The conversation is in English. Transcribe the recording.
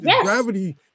Gravity